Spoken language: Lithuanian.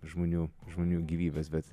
žmonių žmonių gyvybės bet